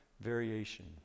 variation